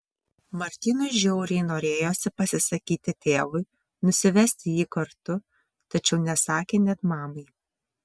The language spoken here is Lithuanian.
martynui žiauriai norėjosi pasisakyti tėvui nusivesti jį kartu tačiau nesakė net mamai